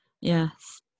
Yes